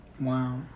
Wow